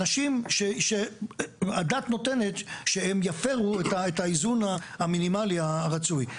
אנשים שהדעת נותנת שהם יפרו את האיזון המינימלי הרצוי.